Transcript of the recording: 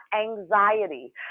anxiety